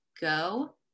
go